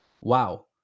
Wow